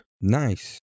Nice